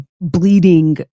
bleeding